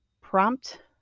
prompt